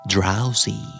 Drowsy